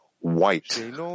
white